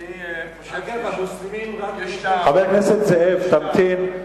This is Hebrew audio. אגב, המוסלמים גם, חבר הכנסת זאב, תמתין.